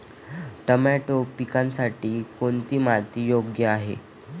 Tomato पिकासाठी कोणती माती योग्य आहे?